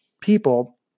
people